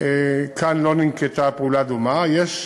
כאן לא ננקטה פעולה דומה, יש